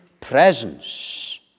presence